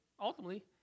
ultimately